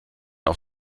auf